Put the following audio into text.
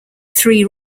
three